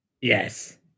Yes